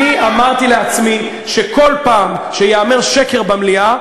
אני אמרתי לעצמי שכל פעם שייאמר שקר במליאה,